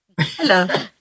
hello